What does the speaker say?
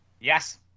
Yes